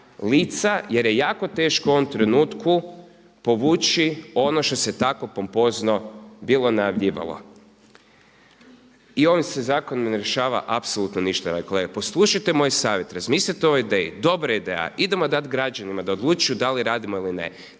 jer je jako teško u ovom trenutku povući ono što se tako pompozno bilo najavljivalo. I ovim se zakonom ne rješava apsolutno ništa drage kolege. Poslušajte moj savjet, razmislite o ideji, dobra je ideja, idemo dati građanima da odlučuju da li radimo ili ne.